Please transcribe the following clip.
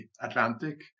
Atlantic